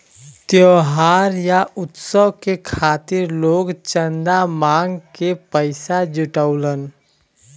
त्योहार या उत्सव के खातिर लोग चंदा मांग के पइसा जुटावलन